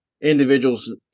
individuals